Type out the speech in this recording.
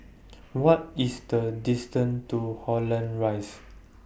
What IS The distance to Holland Rise